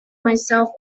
myself